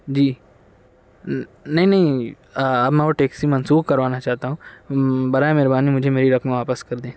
جی نہیں نہیں اب میں وہ ٹیکسی منسوخ کروانا چاہتا ہوں برائے مہربانی مجھے میری رقم واپس کردیں